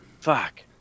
fuck